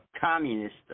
communist –